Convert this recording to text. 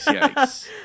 yikes